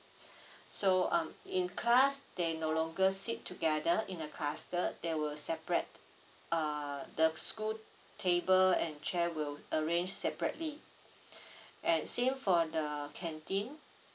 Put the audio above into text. so uh in class they no longer sit together in a cluster they will separate uh the school table and chair will arrange separately and same for the canteen